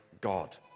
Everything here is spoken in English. God